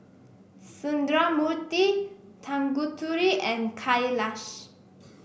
Sundramoorthy Tanguturi and Kailash